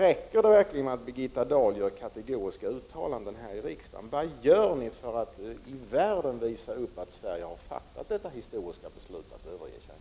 Räcker det då verkligen med att Birgitta Dahl gör kategoriska uttalanden här i riksdagen? Vad gör ni alltså för att ute i världen visa att Sverige har fattat det historiska beslutet att överge kärnkraften?